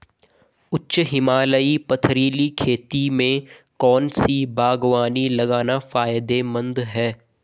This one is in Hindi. उच्च हिमालयी पथरीली खेती में कौन सी बागवानी लगाना फायदेमंद है?